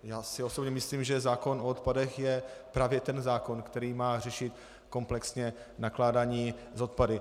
Já si osobně myslím, že zákon o odpadech je právě ten zákon, který má řešit komplexně nakládání s odpady.